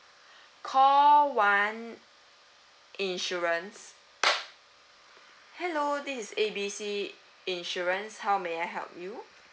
call one insurance hello this is A B C insurance how may I help you